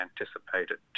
anticipated